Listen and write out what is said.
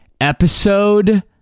episode